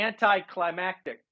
anticlimactic